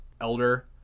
elder